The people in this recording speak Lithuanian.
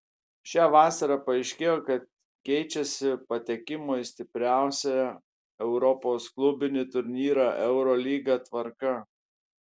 šią vasarą paaiškėjo kad keičiasi patekimo į stipriausią europos klubinį turnyrą eurolygą tvarka